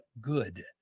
good